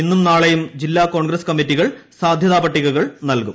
ഇന്നും നാളെയും ജില്ലാ കോൺഗ്രസ് കമ്മിറ്റികൾ സാധ്യതാ പട്ടികകൾ നൽകും